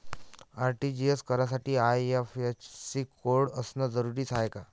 RTGS करासाठी IFSC code असनं जरुरीच हाय का?